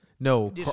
No